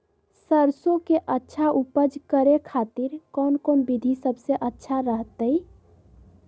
सरसों के अच्छा उपज करे खातिर कौन कौन विधि सबसे अच्छा रहतय?